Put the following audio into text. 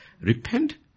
Repent